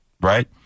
right